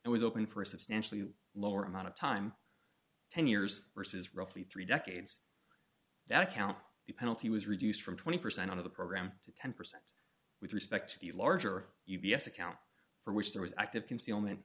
and was open for a substantially lower amount of time ten years versus roughly three decades that account the penalty was reduced from twenty percent of the program to ten percent with respect to the larger u b s account for which there was active concealment